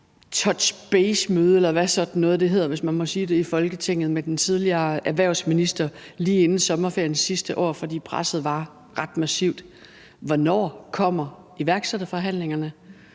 touch base-møde, eller hvad sådan noget hedder, hvis jeg må sige det i Folketinget, med den tidligere erhvervsminister lige inden sommerferien sidste år, fordi presset var ret massivt. Hvornår kommer iværksætterforhandlingerne?